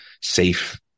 safe